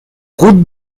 route